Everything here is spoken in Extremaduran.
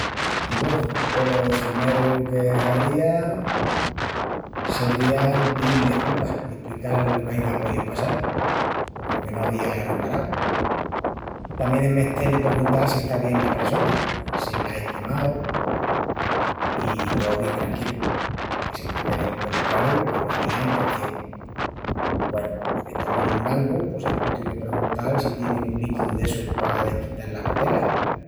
Bu, polo cimeru que hadría… Sedría el piíl desculpas i esprical lo qu'aiga poíu passal, comu que no avía reparau. Tamién es mestel de perguntal si está bien la pressona, si la ei quemau, i tó bien tranquilu, que se tien de vel polo craru que no avía entención. Güenu, en estandu en un gangu pos es custión de perguntal si tienin un liquiu d'essus pa desquital las cotelas.